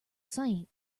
saint